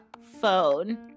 phone